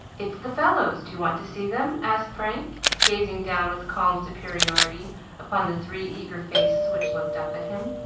it's the fellows do you want to see them? asked frank, gazing down with calm superiority upon the three eager faces which looked up at him.